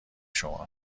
شما